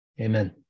Amen